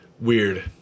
weird